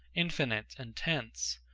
infinite, intense,